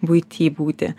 buity būti